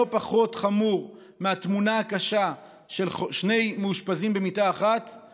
לא פחות חמורה מהתמונה הקשה של שני מאושפזים במיטה אחת היא